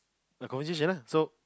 the conversation lah so